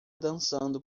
dançando